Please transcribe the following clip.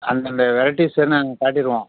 அந்தந்த வெரைட்டீஸ்ஸை நாங்கள் காட்டிடுவோம்